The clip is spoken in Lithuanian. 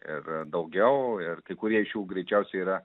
ir daugiau ir kai kurie iš jų greičiausiai yra